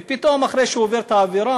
ופתאום, אחרי שהם עברו עבירה,